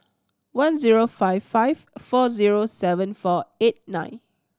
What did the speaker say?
one zero five five four zero seven four eight nine